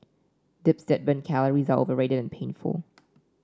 dips that burn calories are overrated and painful